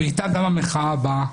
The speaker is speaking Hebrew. ואיתה גם המחאה הבאה.